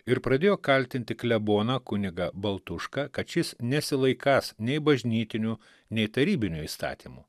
ir pradėjo kaltinti kleboną kunigą baltušką kad šis nesilaikąs nei bažnytinių nei tarybinių įstatymų